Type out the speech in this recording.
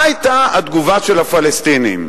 מה היתה התגובה של הפלסטינים?